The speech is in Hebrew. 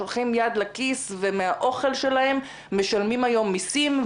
שולחים יד לכיס ומהאוכל שלהם משלמים היום מיסים,